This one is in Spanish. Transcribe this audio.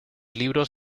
libros